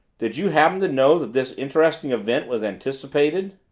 did you happen to know that this interesting event was anticipated?